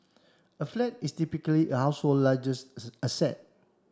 a flat is typically a household's largest asset